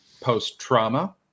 post-trauma